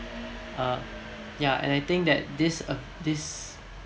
uh ya and I think this uh this